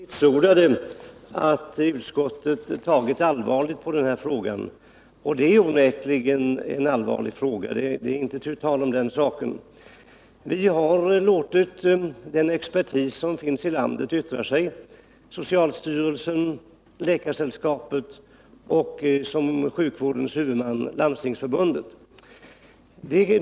Herr talman! Fru Nordlander vitsordade att utskottet tagit allvarligt på den här frågan, och det är onekligen en allvarlig fråga. Vi har låtit den expertis som finns i landet yttra sig: socialstyrelsen, Läkaresällskapet och som sjukvårdens huvudman Landstingsförbundet.